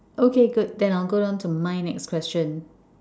okay good then I'll go on to my next question